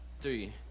three